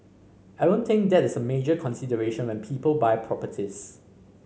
I don't think that is a major consideration when people buy properties